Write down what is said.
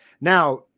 Now